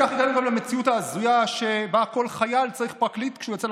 כך הגענו גם למציאות ההזויה שבה כל חייל צריך פרקליט כשהוא יוצא לקרב.